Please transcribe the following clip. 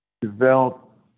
develop